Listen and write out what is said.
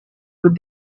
with